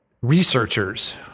researchers